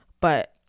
but-